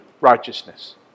righteousness